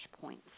points